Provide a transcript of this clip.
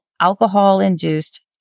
alcohol-induced